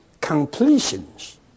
completions